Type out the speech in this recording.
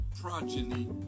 progeny